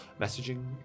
messaging